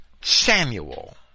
Samuel